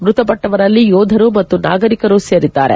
ಮೃತಪಟ್ಟವರಲ್ಲಿ ಯೋಧರು ಮತ್ತು ನಾಗರಿಕರು ಸೇರಿದ್ದಾರೆ